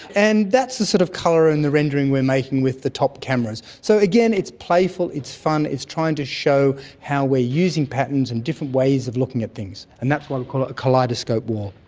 and that's the sort of colour and the rendering we are making with the top cameras. so again, it's playful, it's fun, it's trying to show how we are using patterns and different ways of looking at things, and that's why we call it a kaleidoscope wall.